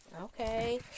Okay